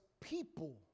people